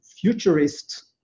futurist